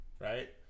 right